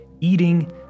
eating